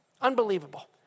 Unbelievable